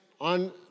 on